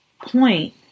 point